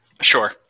sure